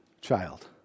child